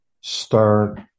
start